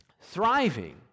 thriving